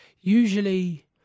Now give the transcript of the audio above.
usually